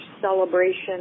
celebration